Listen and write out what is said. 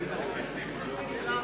נתקבלה.